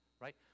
right